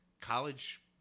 College